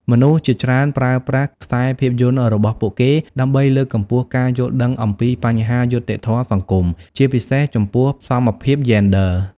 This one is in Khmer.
មនុស្សជាច្រើនប្រើប្រាស់ខ្សែភាពយន្តរបស់ពួកគេដើម្បីលើកកម្ពស់ការយល់ដឹងអំពីបញ្ហាយុត្តិធម៌សង្គម ជាពិសេសចំពោះសមភាពយេនឌ័រ។